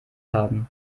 haben